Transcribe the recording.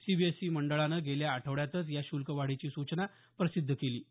CBSC मंडळाने गेल्या आठवड्यातच या श्ल्क वाढीची सूचना प्रसिद्ध केली आहे